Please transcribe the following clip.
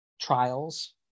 trials